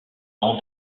ans